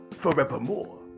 forevermore